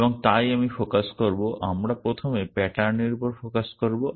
এবং তাই আমি ফোকাস করব আমরা প্রথমে প্যাটার্নের উপর ফোকাস করব